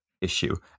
issue